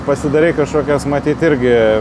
pasidarai kažkokias matyt irgi